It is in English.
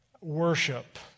Worship